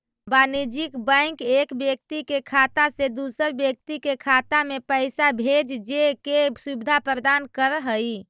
वाणिज्यिक बैंक एक व्यक्ति के खाता से दूसर व्यक्ति के खाता में पैइसा भेजजे के सुविधा प्रदान करऽ हइ